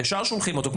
ישר שולחים אותו,